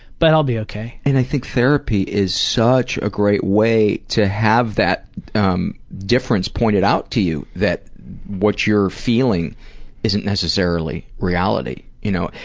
but i'll be ok. and i think therapy is such a great way to have that um difference pointed out to you. that what you're feeling isn't necessarily reality. you know,